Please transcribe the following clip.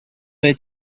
way